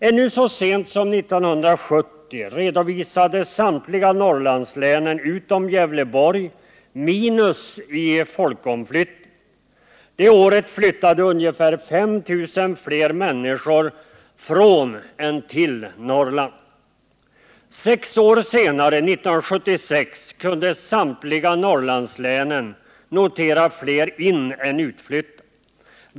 Ännu så sent som 1970 redovisade samtliga Norrlandslän utom Gävleborgs län minussiffror i fråga om folkomflyttning. Det året flyttade ungefär 5 000 fler människor från än till Norrland. Sex år senare, 1976, kunde samtliga Norrlandslän notera fler inän utflyttade.